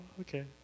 okay